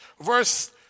verse